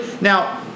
now